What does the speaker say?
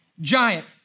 giant